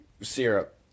syrup